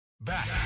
Back